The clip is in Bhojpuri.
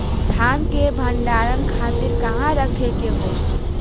धान के भंडारन खातिर कहाँरखे के होई?